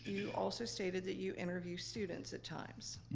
you also stated that you interview students at times.